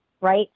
Right